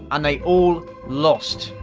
and they all lost.